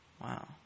Wow